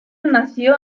nació